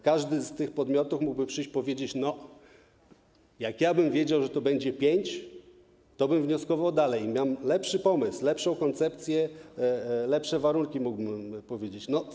Każdy z tych podmiotów mógłby przyjść i powiedzieć: Jakbym wiedział, że to będzie 5, to bym wnioskował dalej, mam lepszy pomysł, lepszą koncepcję, lepsze warunki mógłbym przedstawić.